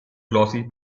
glossy